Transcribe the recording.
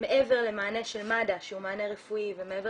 מעבר למענה של מד"א שהוא מענה רפואי ומעבר